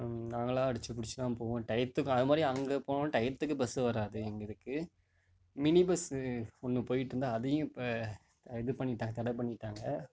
நாங்களாக அடித்து புடித்து தான் போவோம் டையத்துக்கு அதை மாதிரி அங்கே போகணுனா டையத்துக்கு பஸ்ஸு வராது எங்களுக்கு மினி பஸ்ஸு ஒன்று போயிட்டுருந்தது அதையும் இப்போ இது பண்ணிவிட்டாங்க தடை பண்ணிவிட்டாங்க